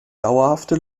dauerhafte